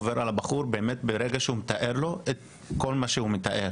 עובר על הבחור ברגע שהוא מתאר בפניו את כל מה שהוא מתאר.